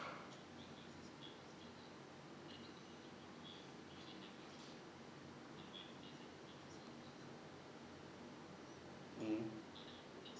mmhmm